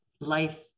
life